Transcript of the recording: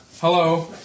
Hello